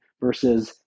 versus